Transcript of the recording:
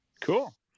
cool